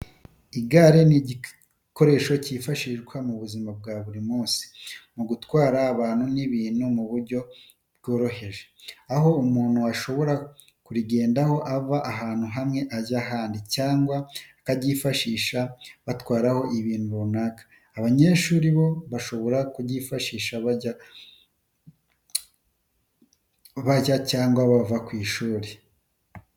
Igare ni igikoresho cyifashishwa mu buzima bwa buri munsi mu gutwara abantu n'ibintu mu buryo bworoheje, aho umuntu ashobora kurigendaho ava ahantu hamwe ajya ahandi cyangwa bakaryifashisha batwaraho ibintu runaka. Abanyeshuri na bo bashobora kuryifashisha bajya cyangwa bava ku ishuri.